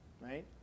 right